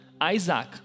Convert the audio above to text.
Isaac